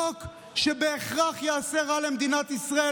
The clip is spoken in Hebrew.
חוק שבהכרח יעשה רע למדינת ישראל.